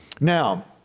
Now